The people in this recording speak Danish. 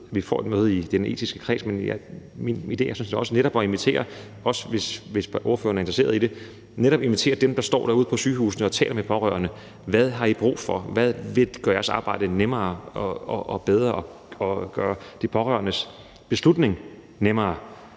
også at invitere, hvis ordføreren er interesseret i det, dem, der står derude på sygehusene og taler med pårørende for at spørge dem: Hvad har I brug for? Hvad gør jeres arbejde nemmere og bedre og gør de pårørendes beslutning nemmere?